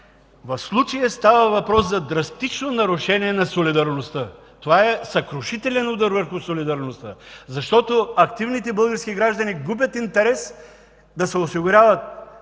В случая става въпрос за драстично нарушение на солидарността. Това е съкрушителен удар срещу солидарността, защото активните български граждани губят интерес да се осигуряват